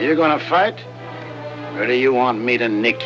you're going to fight or do you want me to nick